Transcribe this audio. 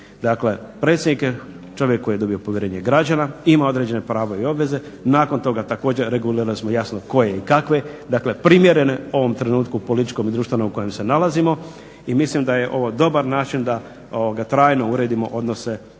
Dakle, predsjednik je čovjek koji je dobio povjerenje građana, ima određena prava i obveze, nakon toga također regulira smo koje i kakve. Dakle, primjerene ovom trenutku političkom i društvenom u kojem se nalazimo. I mislim da je ovo dobar način da trajno uredimo odnose, kada je